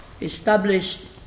established